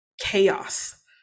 chaos